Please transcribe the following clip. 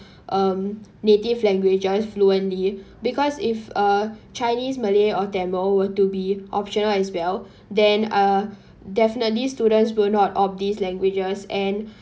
um native languages fluently because if a chinese malay or tamil were to be optional as well then uh definitely students will not opt these languages and